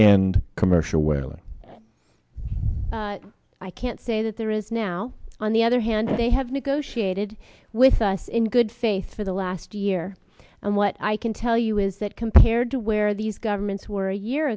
end commercial whaling i can't say that there is now on the other hand they have negotiated with us in good faith for the last year and what i can tell you is that compared to where these governments were a year